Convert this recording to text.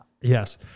Yes